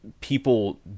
people